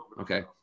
Okay